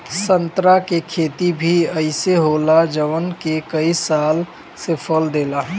संतरा के खेती भी अइसे ही होला जवन के कई साल से फल देला